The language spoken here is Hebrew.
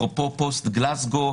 אפרופו פוסט-גלזגו,